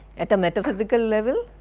at a metaphysical level?